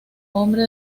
hombre